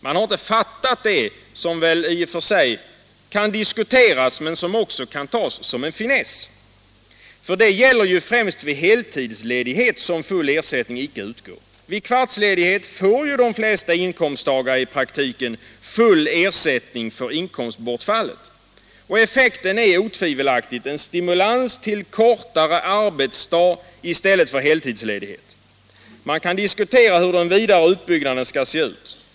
De har inte fattat det som väl i och för sig kan diskuteras men som också kan tas som en finess. Det är ju främst vid heltidsledighet som full ersättning inte utgår. Vid kvartsledighet får de flesta inkomsttagare i praktiken full ersättning för inkomstbortfallet. Effekten är otvivelaktigt en stimulans till kortare arbetsdag i stället för till heltidsledighet. Man kan diskutera hur den vidare utbyggnaden skall se ut.